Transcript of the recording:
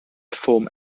form